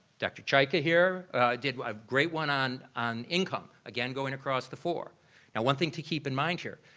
dr. chika here did a great one on on income. again, going across the four. now one thing to keep in mind here,